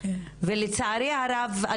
ולצערי הרב,